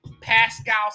Pascal